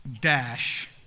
dash